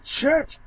church